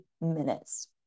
minutes